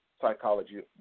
psychology